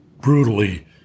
brutally